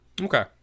okay